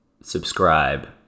subscribe